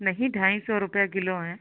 नहीं ढाई सौ रुपया किलो हैं